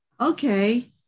okay